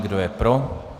Kdo je pro?